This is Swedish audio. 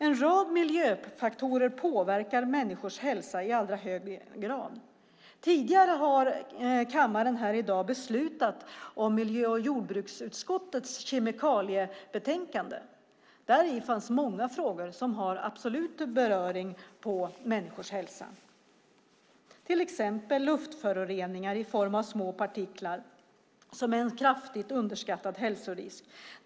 En rad miljöfaktorer påverkar människors hälsa i hög grad. Tidigare i dag beslutade kammaren om miljö och jordbruksutskottets kemikaliebetänkande. Däri finns många frågor som har absolut beröring på människors hälsa, till exempel luftföroreningar i form av små partiklar som är en kraftigt underskattad hälsorisk.